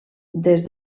des